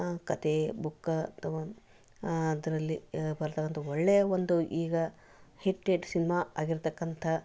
ಕಥೆ ಬುಕ್ ಅಥವಾ ಅದರಲ್ಲಿ ಬರತಕ್ಕಂಥ ಒಳ್ಳೆಯ ಒಂದು ಈಗ ಹಿಟ್ಟೆಡ್ ಸಿನ್ಮಾ ಆಗಿರತಕ್ಕಂಥ